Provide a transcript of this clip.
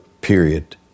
period